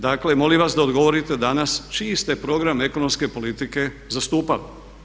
Dakle, molim vas da odgovorite danas čiji ste program ekonomske politike zastupali.